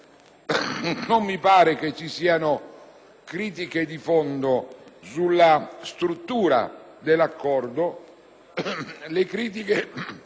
non mi pare che vi siano critiche di fondo sulla struttura dell'accordo.